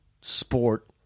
sport